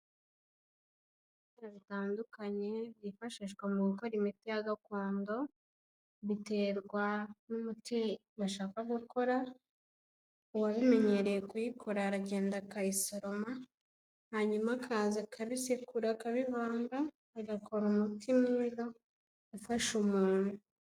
Ibimera bitandukanye byifashishwa mu gukora imiti ya gakondo, biterwa n'umuti bashaka gukora, uwabimenyereye kuyikora aragenda akayisoroma, hanyuma akaza akabisekura akabivanga, agakora umuti mwiza ufasha umuntu.